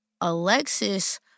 Alexis